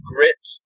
Grit